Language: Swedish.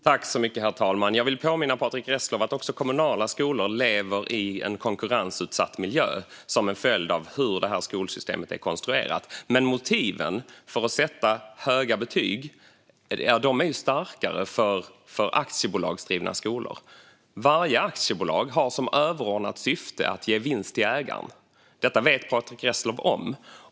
Herr talman! Jag vill påminna Patrick Reslow om att också kommunala skolor lever i en konkurrensutsatt miljö som en följd av hur skolsystemet är konstruerat. Men motiven att sätta höga betyg är starkare för aktiebolagsdrivna skolor. Varje aktiebolag har som överordnat syfte att ge vinst till ägaren. Det vet Patrick Reslow om.